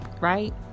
right